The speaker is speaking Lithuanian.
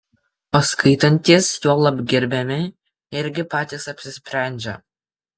o skaitantys juolab gerbiami irgi patys apsisprendžia